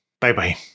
Bye-bye